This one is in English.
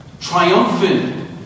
triumphant